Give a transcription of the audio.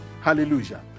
Hallelujah